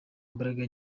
imbaraga